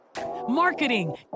marketing